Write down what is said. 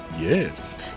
Yes